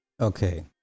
okay